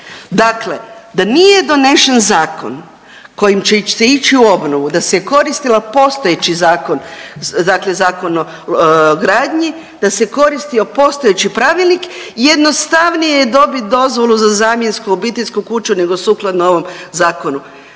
Dakle, da nije donesen zakon kojim će se ići u obnovu da se koristila postojeći zakon, dakle Zakon o gradnji, da se koristio postojeći pravilnik jednostavnije je dobit dozvolu za zamjensku obiteljsku kuću nego sukladno ovom zakonu.